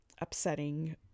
upsetting